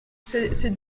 ces